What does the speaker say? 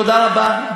תודה רבה.